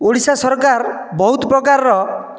ଓଡ଼ିଶା ସରକାର ବହୁତ ପ୍ରକାରର